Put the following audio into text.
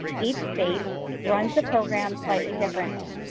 each state runs the program slightly differently,